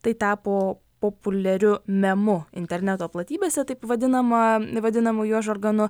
tai tapo populiariu memu interneto platybėse taip vadinama vadinamu jo žargonu